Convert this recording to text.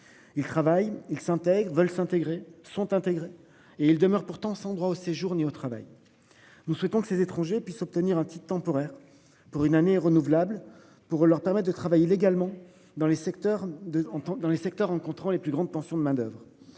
Il travaille il s'intègre veulent s'intégrer sont intégrés et il demeure pourtant, sans droit au séjour ni au travail. Nous souhaitons que ces étrangers puissent obtenir un petit temporaire pour une année renouvelable pour leur permet de travailler légalement dans les secteurs de en dans les secteurs rencontrant les plus grandes tensions de main-d'oeuvre.